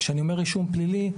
כשאני אומר רישום פלילי,